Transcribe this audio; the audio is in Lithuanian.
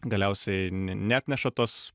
galiausiai neatneša tos